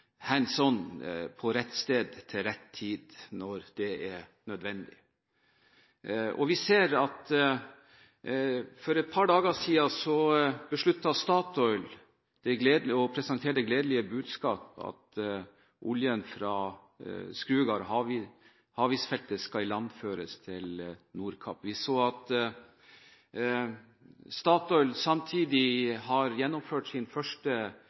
på rett sted til rett tid når det er nødvendig? For et par dager siden besluttet Statoil å presentere det gledelige budskap at oljen fra Skrugard-/Havis-feltet skal ilandføres til Nordkapp. Statoil har samtidig gjennomført sin første